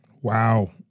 Wow